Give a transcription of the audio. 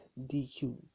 DQ